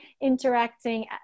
interacting